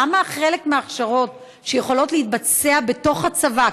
למה חלק מההכשרות שיכולות להתבצע בתוך הצבא,